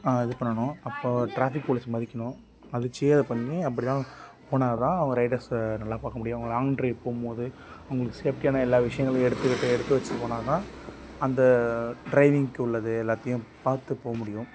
இது பண்ணணும் அப்புறம் ட்ராஃபிக் போலீஸ்ஸை மதிக்கணும் மதிச்சு அதை பண்ணி அப்படிலாம் போனால் தான் அவங்க ரைடர்ஸை நல்லா பார்க்க முடியும் அவங்க லாங்க் டிரைவ் போகும் போது அவங்களுக்கு சேஃப்ட்டியான எல்லா விஷயங்களையும் எடுத்துக்கிட்டு எடுத்து வச்சு போனால் தான் அந்த ட்ரைவிங்க்கு உள்ளது எல்லாத்தையும் பார்த்து போக முடியும்